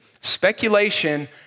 Speculation